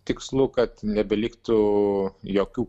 tikslu kad nebeliktų jokių